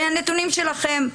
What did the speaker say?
מהנתונים שלכם,